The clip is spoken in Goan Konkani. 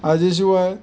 हाजे शिवाय